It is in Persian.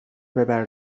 ببر